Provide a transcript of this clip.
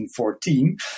1914